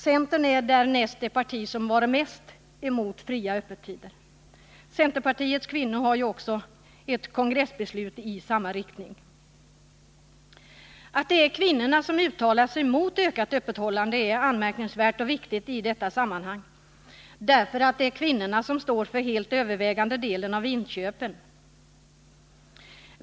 Centern är därnäst det parti som har varit mest emot fria öppettider. Centerpartiets kvinnor har ju också ett kongressbeslut i samma riktning. Att det är kvinnorna som uttalar sig mot ökat öppethållande är anmärkningsvärt och viktigt i detta sammanhang, därför att det är kvinnorna som står för den helt övervägande delen av inköpen.